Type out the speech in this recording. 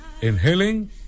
inhaling